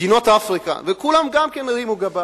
למדינות אפריקה, וכולם גם כן הרימו גבה.